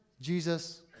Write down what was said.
Jesus